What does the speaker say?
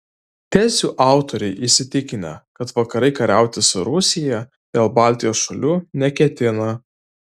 tezių autoriai įsitikinę kad vakarai kariauti su rusija dėl baltijos šalių neketina